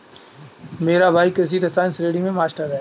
मेरा भाई कृषि रसायन श्रेणियों में मास्टर है